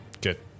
Good